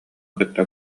кытта